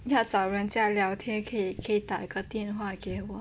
要在人家聊天可以打个电话给我